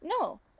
No